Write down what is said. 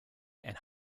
and